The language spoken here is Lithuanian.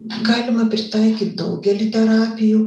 galima pritaikyt daugelį terapijų